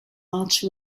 march